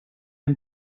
dem